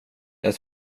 jag